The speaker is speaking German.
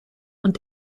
und